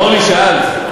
מי שרוצה לדבר,